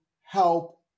help